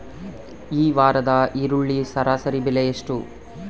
ಈ ವಾರದ ಈರುಳ್ಳಿ ಸರಾಸರಿ ಬೆಲೆ ಎಷ್ಟು?